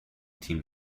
team